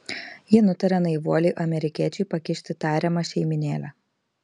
ji nutaria naivuoliui amerikiečiui pakišti tariamą šeimynėlę